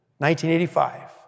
1985